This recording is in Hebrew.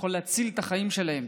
כדי להציל את החיים שלהם.